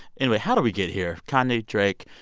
anyway, how did we get here? kanye. drake.